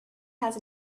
has